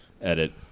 Edit